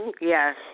Yes